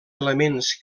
elements